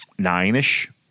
Nine-ish